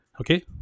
Okay